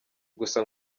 gusa